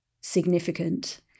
significant